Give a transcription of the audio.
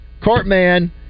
Cartman